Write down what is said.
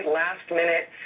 last-minute